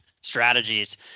strategies